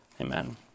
Amen